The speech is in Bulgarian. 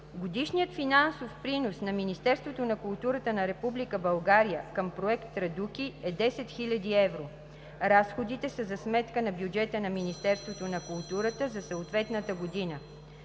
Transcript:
годишният финансов принос на Министерството на културата на Република България към Проект „Традуки“ е 10 000 евро. Разходите са за сметка на бюджета на Министерството на културата за съответната година.